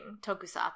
tokusatsu